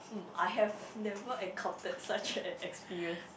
hmm I have never encounter such an experience